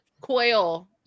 coil